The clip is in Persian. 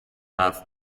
حرف